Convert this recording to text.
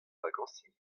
vakañsiñ